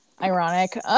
ironic